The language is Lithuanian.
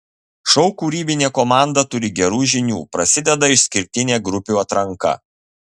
šou kūrybinė komanda turi gerų žinių prasideda išskirtinė grupių atranka